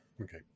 Okay